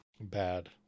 Bad